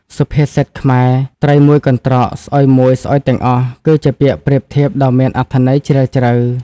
សុភាសិតខ្មែរ ត្រីមួយកន្រ្តក ស្អុយមួយស្អុយទាំងអស់ គឺជាពាក្យប្រៀបធៀបដ៏មានអត្ថន័យជ្រាលជ្រៅ។